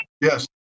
Yes